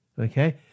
okay